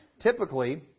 typically